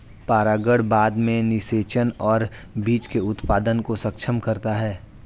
परागण बाद में निषेचन और बीज के उत्पादन को सक्षम करता है